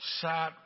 sat